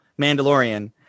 Mandalorian